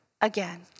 again